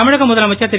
தமிழக முதலமைச்சர் திரு